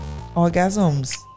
orgasms